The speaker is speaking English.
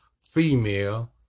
female